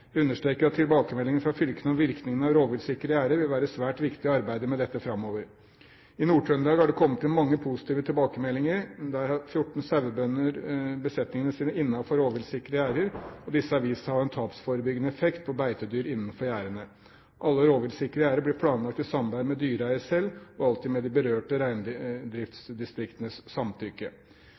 Jeg understreker at tilbakemeldingene fra fylkene om virkningen av rovviltsikre gjerder vil være svært viktig i arbeidet med dette framover. I Nord-Trøndelag har det kommet inn mange positive tilbakemeldinger. Der har 14 sauebønder besetningene sine innenfor rovviltsikre gjerder, og disse har vist seg å ha en tapsforebyggende effekt på beitedyr innenfor gjerdene. Alle rovviltsikre gjerder blir planlagt i samarbeid med dyreeier selv og alltid med de berørte reindriftsdistriktenes samtykke.